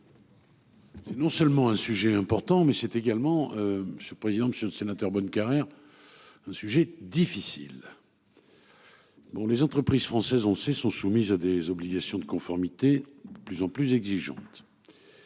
C'est non seulement un sujet important mais c'est également, je suis président, Monsieur le Sénateur, Bonnecarrere. Un sujet difficile. Bon, les entreprises françaises ont sont soumises à des obligations de conformité plus en plus exigeante.